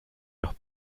los